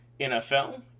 NFL